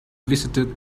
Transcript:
visited